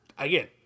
Again